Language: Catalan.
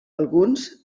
alguns